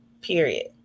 period